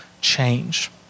change